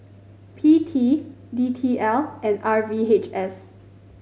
P T D T L and R V H S